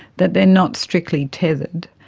that they are not strictly tethered.